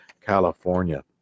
California